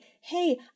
Hey